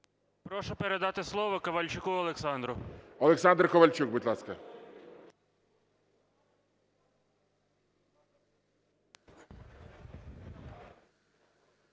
Прошу передати слово Ковальчуку Олександру. ГОЛОВУЮЧИЙ. Олександр Ковальчук, будь ласка.